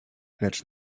lecz